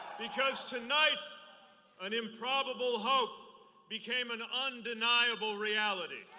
because tonight and improbable hope became an undeniable reality.